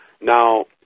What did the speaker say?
Now